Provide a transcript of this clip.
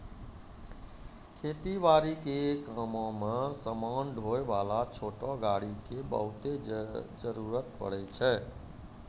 खेती बारी के कामों मॅ समान ढोय वाला छोटो गाड़ी के बहुत जरूरत पड़ै छै